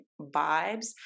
vibes